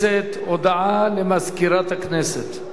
למזכירת הכנסת.